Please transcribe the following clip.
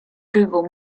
google